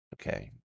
Okay